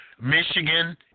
Michigan